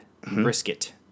brisket